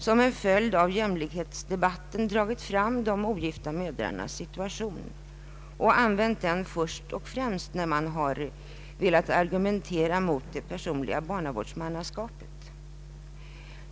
Som en följd av jämlikhetsdebatten har man dragit fram de ogifta mödrarnas situation, först och främst när man har velat argumentera mot det personliga barnavårdsmannaskapet.